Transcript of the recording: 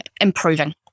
improving